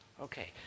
Okay